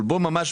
יכול להיות